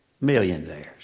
millionaires